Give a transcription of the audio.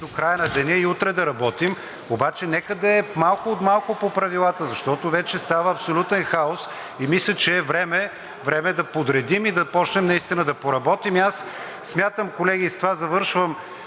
до края на деня и утре да работим, обаче нека да е малко от малко по правилата, защото вече става абсолютен хаос. Мисля, че е време да подредим и да почнем наистина да поработим. Аз смятам, колеги, и с това завършвам,